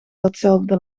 datzelfde